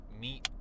meet